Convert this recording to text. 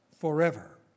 forever